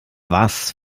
was